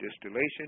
distillation